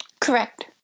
Correct